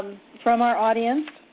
from our audience.